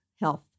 Health